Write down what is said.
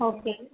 okay